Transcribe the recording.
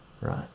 right